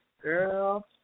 Girl